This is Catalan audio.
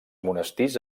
monestirs